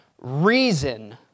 reason